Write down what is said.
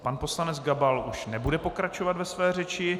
Pan poslanec Gabal už nebude pokračovat ve své řeči.